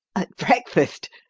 at breakfast?